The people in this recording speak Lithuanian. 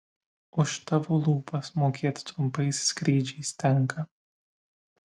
už tavo lūpas mokėt trumpais skrydžiais tenka